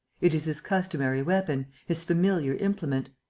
it is his customary weapon, his familiar implement.